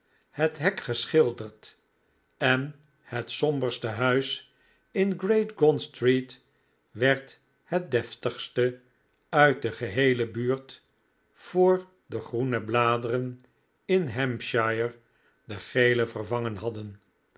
het hek geschilderd en het somberste huis in great gaunt street werd het deftigste uit de geheele buurt voor de groene bladeren in hampshire de gele vervangen hadden